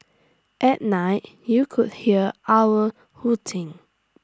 at night you could hear owls hooting